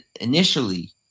initially